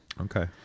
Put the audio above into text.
Okay